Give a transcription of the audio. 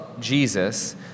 Jesus